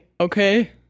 Okay